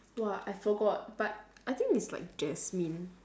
!wah! I forgot but I think it's like jasmine